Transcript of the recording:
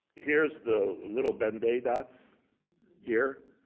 here's the little ben-day dots here.